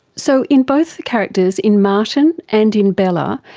so in both the characters, in martin and in bella,